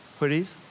hoodies